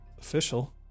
official